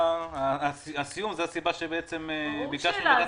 הסיום זו הסיבה שבעצם ביקשנו מוועדת